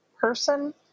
person